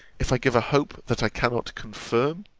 if i give a hope that i cannot confirm?